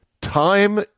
Time